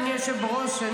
אדוני היושב בראש,